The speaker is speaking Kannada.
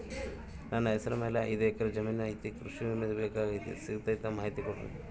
ನನ್ನ ಹೆಸರ ಮ್ಯಾಲೆ ಐದು ಎಕರೆ ಜಮೇನು ಐತಿ ಕೃಷಿ ವಿಮೆ ಬೇಕಾಗೈತಿ ಸಿಗ್ತೈತಾ ಮಾಹಿತಿ ಕೊಡ್ರಿ?